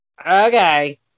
Okay